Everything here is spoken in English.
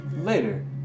later